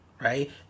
right